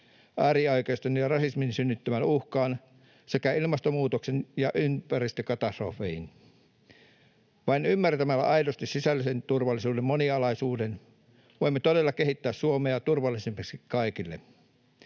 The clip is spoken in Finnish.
äärioikeiston ja rasismin synnyttämään uhkaan sekä ilmastonmuutokseen ja ympäristökatastrofeihin. Vain ymmärtämällä aidosti sisäisen turvallisuuden monialaisuuden voimme todella kehittää Suomea turvallisemmaksi kaikille.